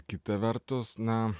kita vertus na